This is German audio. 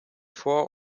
vor